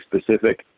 specific